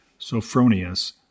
Sophronius